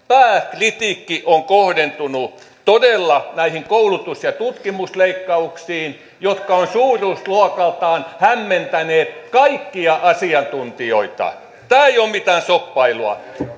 pääkritiikkimme on kohdentunut todella näihin koulutus ja tutkimusleikkauksiin jotka ovat suuruusluokaltaan hämmentäneet kaikkia asiantuntijoita tämä ei ole mitään shoppailua